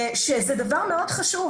שזה דבר מאוד חשוב,